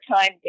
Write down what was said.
time